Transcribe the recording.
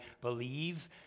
believe